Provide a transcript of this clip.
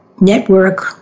network